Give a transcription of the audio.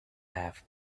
half